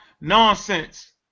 nonsense